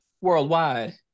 Worldwide